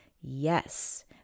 yes